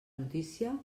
notícia